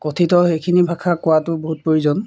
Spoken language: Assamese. কঠিত সেইখিনি ভাষা কোৱাটো বহুত প্ৰয়োজন